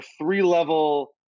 three-level